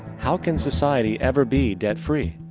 how can society ever be debt free?